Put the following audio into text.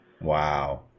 Wow